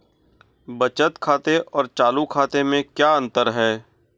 बचत खाते और चालू खाते में क्या अंतर है?